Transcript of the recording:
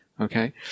Okay